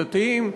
דתיים,